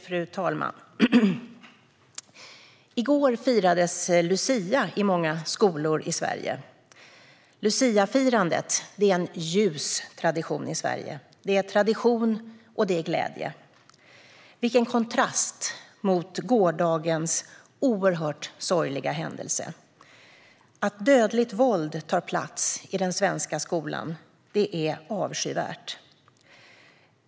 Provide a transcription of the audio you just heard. Fru talman! I går firades lucia i många skolor i Sverige. Luciafirandet är en ljus tradition i Sverige. Det är tradition och det är glädje. Vilken kontrast mot gårdagens oerhört sorgliga händelse! Att dödligt våld tar plats i den svenska skolan är avskyvärt.